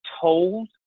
told